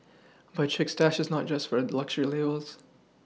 but Chic Stash is not just for luxury labels